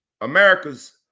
america's